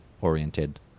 oriented